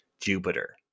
Jupiter